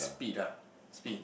speed ah speed